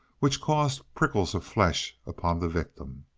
which caused prickles of flesh upon the victim.